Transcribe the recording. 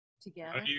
Together